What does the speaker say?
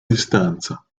distanza